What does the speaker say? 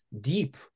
deep